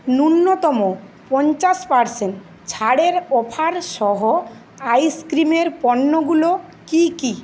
ন্যূনতম পঞ্চাশ পার্সেন্ট ছাড়ের অফার সহ আইসক্রিমের পণ্যগুলো কী কী